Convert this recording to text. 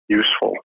useful